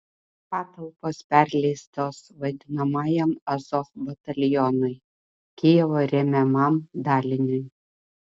patalpos perleistos vadinamajam azov batalionui kijevo remiamam daliniui